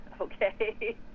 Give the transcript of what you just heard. okay